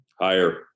Higher